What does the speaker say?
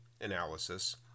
analysis